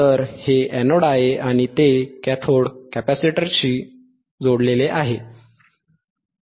तर हे एनोड आहे आणि ते कॅथोड कॅपेसिटरशी जोडलेले आहे